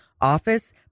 office